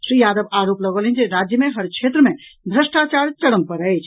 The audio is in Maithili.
श्री यादव आरोप लगौलनि जे राज्य मे हर क्षेत्र मे भ्रष्टाचार चरम पर अछि